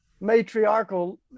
matriarchal